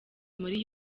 muri